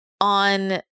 on